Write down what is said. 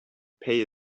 pay